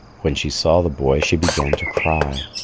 when she saw the boy, she began to cry.